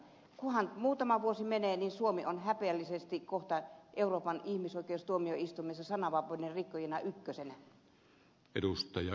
kunhan muutama vuosi menee niin suomi on häpeällisesti kohta euroopan ihmisoikeustuomioistuimessa sananvapauden rikkojista ykkösenä